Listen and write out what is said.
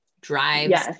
Drives